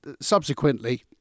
subsequently